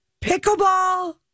Pickleball